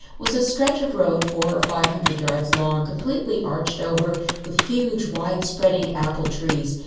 was a stretch of road four or five hundred yards long, completely arched over with huge, wide-spreading apple-trees,